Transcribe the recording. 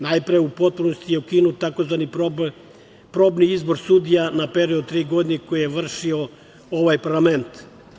Najpre, u potpunosti je ukinut tzv. probni izbor sudija na period od tri godine koji je vršio ovaj parlament.